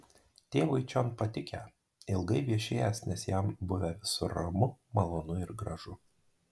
tėvui čion patikę ilgai viešėjęs nes jam buvę visur ramu malonu ir gražu